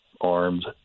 armed